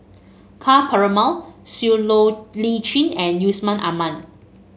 Ka Perumal Siow Low Lee Chin and Yusman Aman